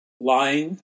lying